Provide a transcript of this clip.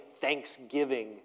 thanksgiving